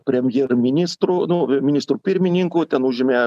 premjerministru nu ministru pirmininku ten užėmė